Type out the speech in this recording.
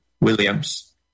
Williams